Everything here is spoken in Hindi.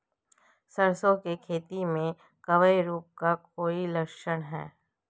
सरसों की खेती में कवक रोग का कोई लक्षण है?